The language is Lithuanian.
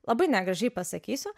labai negražiai pasakysiu